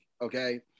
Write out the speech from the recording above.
okay